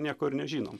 nieko ir nežinom